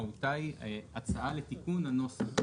מהותה היא הצעה לתיקון הנוסח.